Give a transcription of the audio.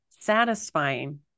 Satisfying